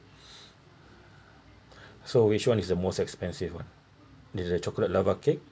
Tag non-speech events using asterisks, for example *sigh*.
*breath* so which one is the most expensive one is the chocolate lava cake